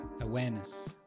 awareness